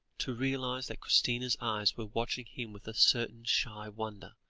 to realise that christina's eyes were watching him with a certain shy wonder,